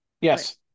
Yes